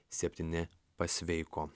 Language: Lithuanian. septyni pasveiko